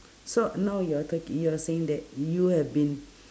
so now you're talking you're saying that you have been